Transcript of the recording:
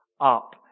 up